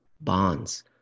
Bonds